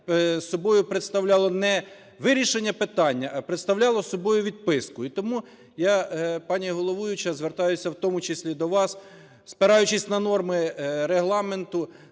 собою представляло не вирішення питання, а представляло собою відписку. І тому я, пані головуюча, звертаюся в тому числі до вас, спираючись на норми Регламенту,